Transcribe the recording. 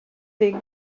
they